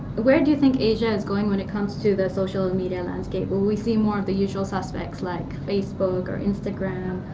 where do you think asia is going when it comes to the social and media landscape? will we see more of the usual suspects, like facebook, or instagram,